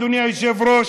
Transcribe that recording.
אדוני היושב-ראש,